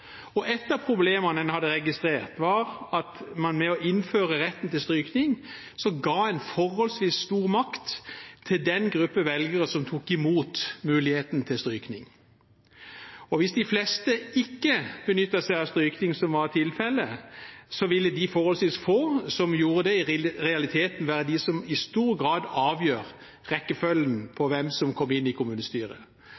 Et av problemene en hadde registrert, var at en ved å innføre retten til strykning ga forholdsvis stor makt til den gruppen velgere som tok imot muligheten til strykning. Og hvis de fleste ikke benyttet seg av strykning, som var tilfellet, ville de forholdsvis få som gjorde det, i realiteten være dem som i stor grad avgjorde rekkefølgen på